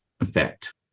effect